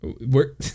We're-